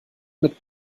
mit